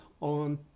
on